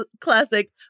classic